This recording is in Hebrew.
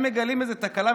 אם מגלים תקלה,